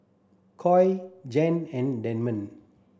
Coy Jan and Damon